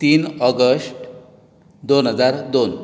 तीन ऑगस्ट दोन हजार दोन